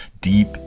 deep